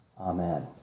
Amen